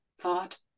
thought